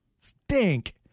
stink